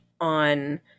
on